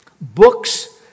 Books